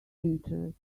interest